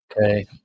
Okay